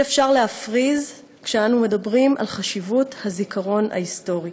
אי-אפשר להפריז כשאנו מדברים על חשיבות הזיכרון ההיסטורי.